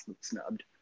snubbed